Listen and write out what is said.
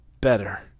better